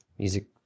Music